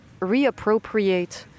reappropriate